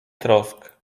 trosk